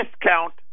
discount